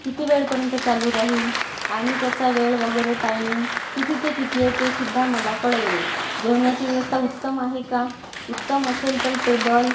किती वेळपर्यंत चालू राहील आणि त्याचा वेळ वगैरे टायमिंग किती ते किती आहे ते सुद्धा मला कळविणे जेवणाची व्यवस्था उत्तम आहे का उत्तम असेल तर टेबल